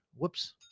Whoops